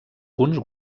punts